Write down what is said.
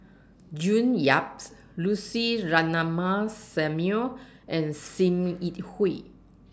June Yaps Lucy Ratnammah Samuel and SIM Yi Hui